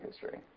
history